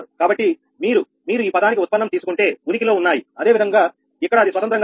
కాబట్టి మీరు మీరు ఈ పదానికి ఉత్పన్నం తీసుకుంటే ఉనికిలో ఉన్నాయి అదే విధంగా ఇక్కడ అది స్వతంత్రంగా ఉంది